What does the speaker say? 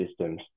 systems